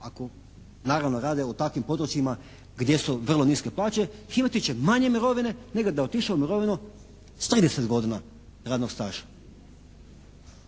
ako naravno rade u takvim područjima gdje su vrlo niske plaće imati će manje mirovine nego da je otišao u mirovinu s 30 godina radnog staža.